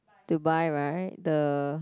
to buy right the